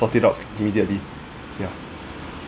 sort it out immediately ya